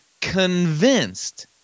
convinced